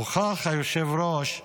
הוכח, היושב-ראש,